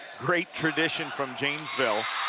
great tradition from janesville.